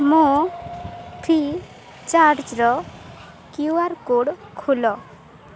ମୋ ଫ୍ରି ଚାର୍ଜ୍ର QR code ଖୋଲ